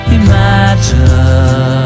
imagine